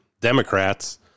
Democrats